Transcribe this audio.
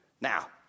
Now